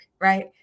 Right